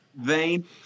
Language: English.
vein